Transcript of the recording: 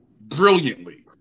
brilliantly